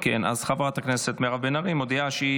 חברת הכנסת מירב בן ארי מודיעה שהיא